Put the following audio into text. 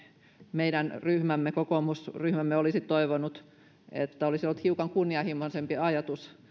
meidän kokoomusryhmämme olisi toivonut on se että olisi ollut hiukan kunnianhimoisempi ajatus